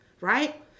right